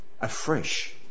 afresh